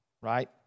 Right